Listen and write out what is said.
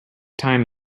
time